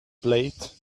plate